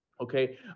Okay